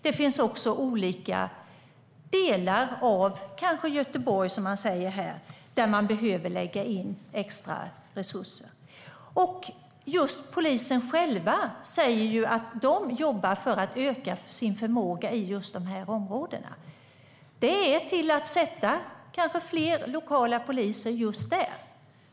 Det finns kanske också olika delar av Göteborg, som nämnts här, där man behöver lägga in extra resurser. Polisen själv säger att man jobbar för att öka sin förmåga i just dessa områden. Det handlar om att sätta fler lokala poliser just där.